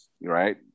Right